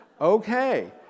Okay